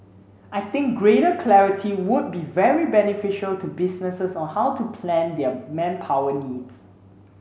I think greater clarity would be very beneficial to businesses on how to plan their manpower needs